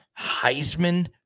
Heisman